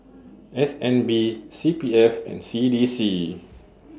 S N B C P F and C D C